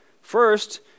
First